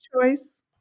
choice